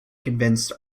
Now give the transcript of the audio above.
convinced